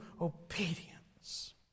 obedience